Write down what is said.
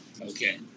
Okay